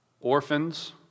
orphans